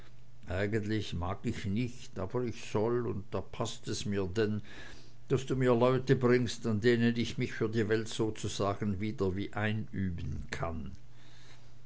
eigentlich mag ich nicht aber ich soll und da paßt es mir denn daß du mir leute bringst an denen ich mich für die welt sozusagen wieder wie einüben kann